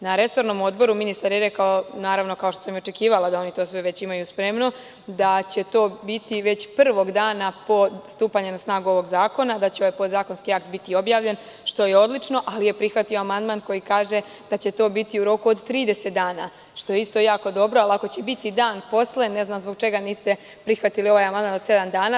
Na resornom odboru ministar je rekao, naravno, kao što sam i očekivala, da oni to sve već imaju spremno, da će to biti već prvog dana po stupanju na snagu ovog zakona, da će ovaj podzakonski akt biti objavljen, što je odlično, ali je prihvatio amandman koji kaže da će to biti u roku od 30 dana, što je takođe jako dobro, ali ako će biti dan posle, ne znam zbog čega niste prihvatili ovaj amandman od sedam dana?